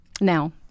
Now